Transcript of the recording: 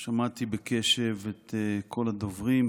שמעתי בקשב את כל הדוברים.